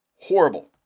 Horrible